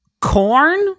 corn